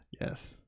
yes